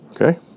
okay